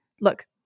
look